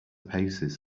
paces